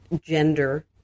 gender